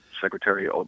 Secretary